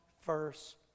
first